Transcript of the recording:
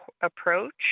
approach